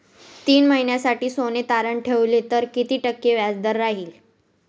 तीन महिन्यासाठी सोने तारण ठेवले तर किती टक्के व्याजदर राहिल?